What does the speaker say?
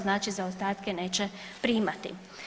Znači zaostatke neće primati.